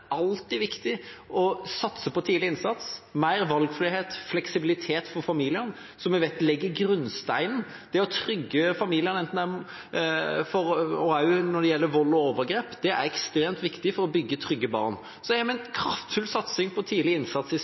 alltid viktig å satse på tidlig innsats, mer valgfrihet og fleksibilitet for familiene, som vi vet legger grunnsteinen. Det å trygge familiene, også når det gjelder vold og overgrep, er ekstremt viktig for å bygge trygge barn. Vi har en kraftfull satsing på tidlig innsats